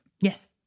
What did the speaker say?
yes